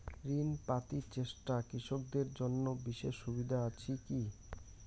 ঋণ পাতি চেষ্টা কৃষকদের জন্য বিশেষ সুবিধা আছি কি?